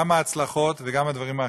גם ההצלחות וגם הדברים האחרים.